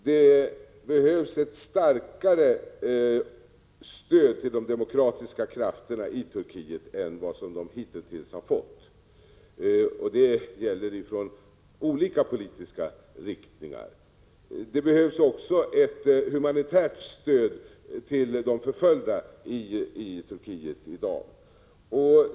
Det behövs ett starkare stöd till de demokratiska krafterna i Turkiet än de hitintills har fått, och det gäller stöd från olika politiska riktningar. Det behövs också ett humanitärt stöd till de förföljda i Turkiet i dag.